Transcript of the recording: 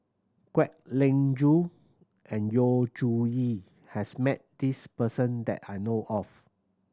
Kwek Leng Joo and Yu Zhuye has met this person that I know of